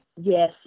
Yes